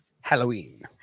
Halloween